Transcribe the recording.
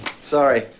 sorry